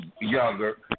younger